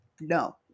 No